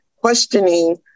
questioning